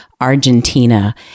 Argentina